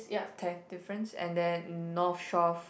tenth difference and then North Shore